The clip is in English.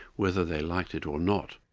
whether they liked it or not.